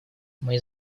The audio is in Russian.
мои